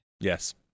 Yes